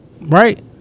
right